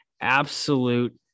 absolute